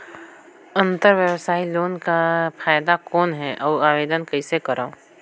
अंतरव्यवसायी लोन के फाइदा कौन हे? अउ आवेदन कइसे करव?